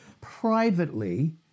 privately